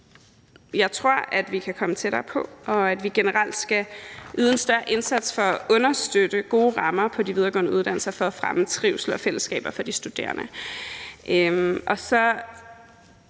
jeg tror, at vi kan komme tættere på, og at vi generelt skal yde en større indsats for at understøtte gode rammer på de videregående uddannelser for at fremme trivsel og fællesskaber for de studerende.